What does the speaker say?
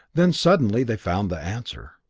then suddenly they found the answer.